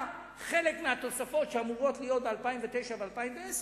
חלק מהתוספות שאמורות להיות ב-2009 ו-2010,